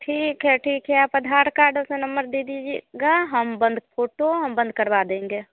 ठीक है ठीक है आप आधार कार्ड का नंबर दे दीजिएगा हम बंद फ़ोटो हम बंद करवा देंगे